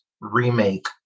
remake